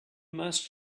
must